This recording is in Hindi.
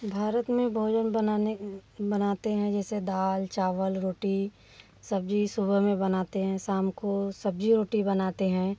भारत में भोजन बनाने बनाते हैं जैसे दाल चावल रोटी सब्ज़ी सुबह में बनाते हैं शाम को सब्ज़ी रोटी बनाते हैं